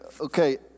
okay